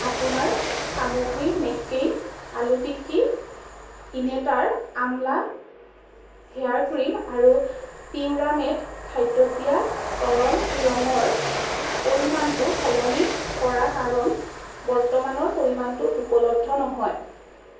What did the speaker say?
আপোনাৰ সামগ্ৰী মেক্কেইন আলু টিকি ইনেটাৰ আমলা হেয়াৰ ক্ৰীম আৰু পিউৰামেট খাদ্যত দিয়া তৰল ৰঙৰ পৰিমাণটো সলনি কৰা কাৰণ বৰ্তমানৰ পৰিমাণটো উপলব্ধ নহয়